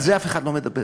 על זה אף אחד לא מדבר.